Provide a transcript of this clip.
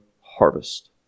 harvest